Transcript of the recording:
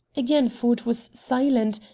again ford was silent,